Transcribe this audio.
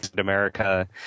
America